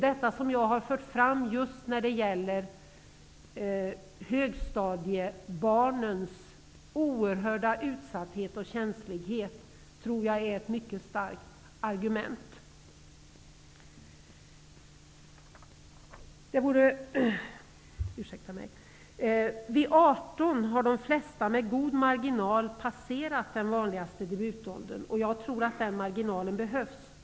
Det jag har fört fram just när det gäller högstadiebarnens oerhörda utsatthet och känslighet tror jag är ett mycket starkt argument. Vid 18 har de flesta med god marginal passerat den vanligaste debutåldern. Jag tror att den marginalen behövs.